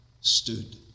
stood